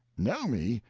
know me?